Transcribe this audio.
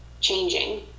changing